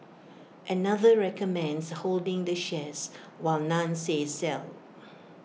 another recommends holding the shares while none says sell